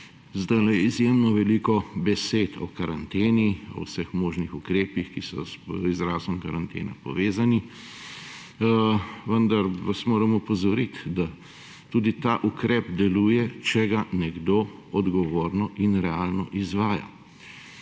zdajle je izjemno veliko besed o karanteni, vseh možnih ukrepih, ki so z izrazom karantena povezani. Vendar vas moram opozoriti, da tudi ta ukrep deluje, če ga nekdo odgovorno in realno izvaja.